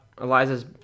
eliza's